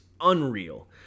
unreal